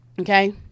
Okay